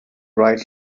right